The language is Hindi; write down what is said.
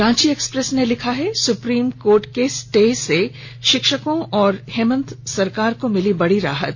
रांची एक्सप्रेस लिखता है सुप्रीम के स्टे से शिक्षकों और हेमंत सरकार को मिली बड़ी राहत